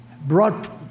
brought